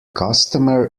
customer